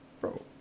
Bro